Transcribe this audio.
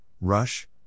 Rush